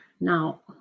Now